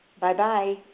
Bye-bye